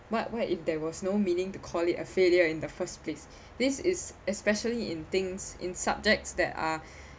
what what if there was no meaning to call it a failure in the first place this is especially in things in subjects that are